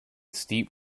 steep